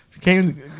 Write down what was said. Came